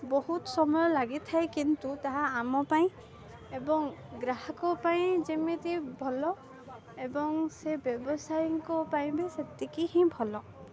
ବହୁତ ସମୟ ଲାଗିଥାଏ କିନ୍ତୁ ତାହା ଆମ ପାଇଁ ଏବଂ ଗ୍ରାହକ ପାଇଁ ଯେମିତି ଭଲ ଏବଂ ସେ ବ୍ୟବସାୟୀଙ୍କ ପାଇଁ ବି ସେତିକି ହିଁ ଭଲ